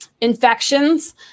Infections